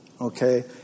Okay